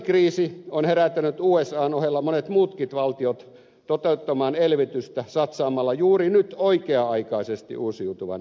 finanssikriisi on herättänyt usan ohella monet muutkin valtiot toteuttamaan elvytystä satsaamalla juuri nyt oikea aikaisesti uusiutuvaan energiaan